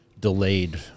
delayed